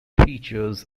features